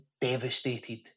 devastated